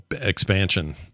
expansion